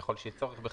ככל שיהיה צורך בכך,